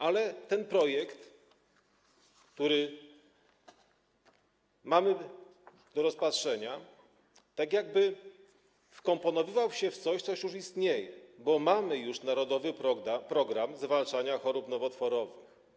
Ale ten projekt, który mamy rozpatrzyć, tak jakby wkomponowywał się w coś, co już istnieje, bo mamy już „Narodowy program zwalczania chorób nowotworowych”